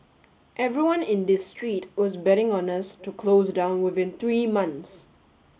everyone in this street was betting on us to close down within three months